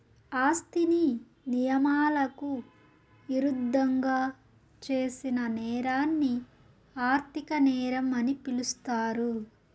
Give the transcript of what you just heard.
ఆస్తిని నియమాలకు ఇరుద్దంగా చేసిన నేరాన్ని ఆర్థిక నేరం అని పిలుస్తారు